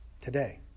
today